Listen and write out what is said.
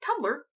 Tumblr